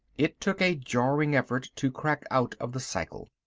it took a jarring effort to crack out of the cycle.